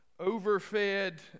overfed